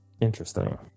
Interesting